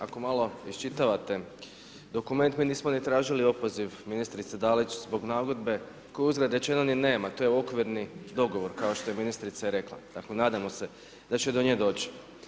Ako malo ičitavate dokument mi nismo ni tražili opoziv ministrice Dalić zbog nagodbe koje uzgred rečeno ni nema, to je okvirni dogovor kao što je ministrica i rekla, dakle nadajmo se da će do nje doći.